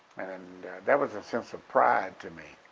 and that was a sense of pride to me,